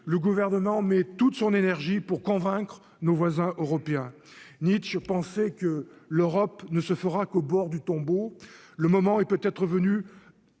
le gouvernement met toute son énergie pour convaincre nos voisins européens, Nietzsche pensais que l'Europe ne se fera qu'au bord du tombeau, le moment est peut-être venu